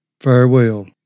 Farewell